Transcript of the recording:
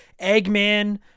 Eggman